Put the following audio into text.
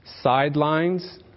sidelines